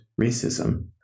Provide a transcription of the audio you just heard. racism